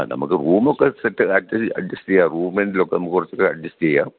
ആ നമുക്ക് റൂമൊക്കെ സെറ്റ് അറ്റ് അഡ്ജസ്റ്റ് ചെയ്യാം റൂമിൻ്റെയിലൊക്കെ കുറച്ചൊക്കെ അഡ്ജസ്റ്റ് ചെയ്യാം